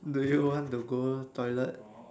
do you want to go toilet